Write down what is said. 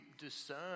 discern